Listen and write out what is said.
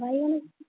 brinjal